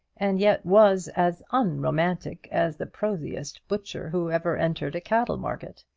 and yet was as unromantic as the prosiest butcher who ever entered a cattle-market.